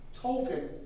Tolkien